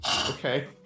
Okay